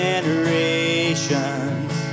Generations